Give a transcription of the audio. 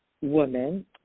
woman